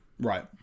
Right